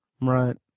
Right